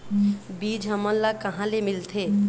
बीज हमन ला कहां ले मिलथे?